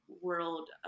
world